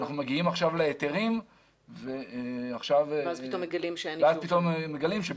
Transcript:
אנחנו מגיעים עכשיו להיתרים ואז פתאום מגלים שבשלב